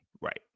Right